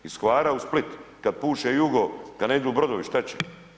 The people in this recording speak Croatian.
Iz Hvara u Split kada puše jugo, kada ne idu brodovi šta će?